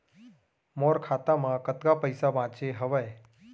मोर खाता मा कतका पइसा बांचे हवय?